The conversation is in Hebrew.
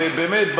ובאמת,